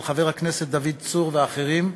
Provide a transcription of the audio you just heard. של חבר הכנסת דוד צור ואחרים,